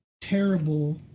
terrible